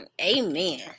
Amen